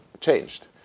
changed